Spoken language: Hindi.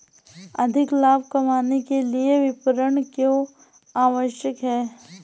अधिक लाभ कमाने के लिए विपणन क्यो आवश्यक है?